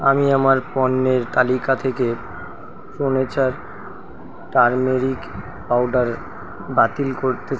আমি আমার পণ্যের তালিকা থেকে প্রো নেচার টারমেরিক পাউডার বাতিল করতে